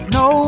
no